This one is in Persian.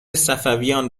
صفویان